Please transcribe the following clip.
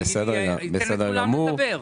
אני אתן לכולם לדבר,